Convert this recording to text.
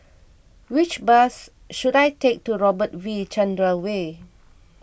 which bus should I take to Robert V Chandran Way